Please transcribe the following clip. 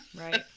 right